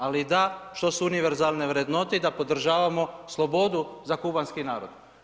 Ali da, što su univerzalne vrednote i da podržavamo slobodu za kubanski narod.